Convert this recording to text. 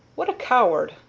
what a coward!